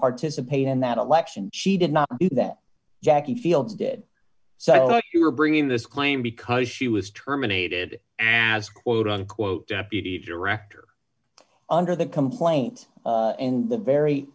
participate in that election she did not do that jackie fields did so you're bringing this claim because she was terminated as quote unquote deputy director under the complaint and the very